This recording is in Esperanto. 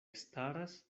staras